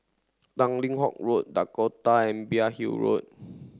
Tanglin Halt Road Dakota and Imbiah Hill Road